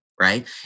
right